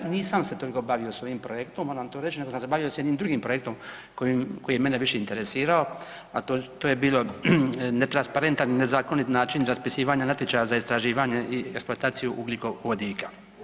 Nisam se toliko bavio s ovim projektom moram to reći, nego sam se bavio sa jednim drugim projektom koji je mene više interesirao, a to je bilo netransparentan i nezakonit način raspisivanja natječaja za istraživanje i eksploataciju ugljikovodika.